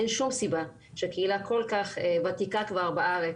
אין שום סיבה שקהילה שכבר כל כך ותיקה בארץ